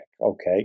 okay